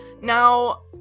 now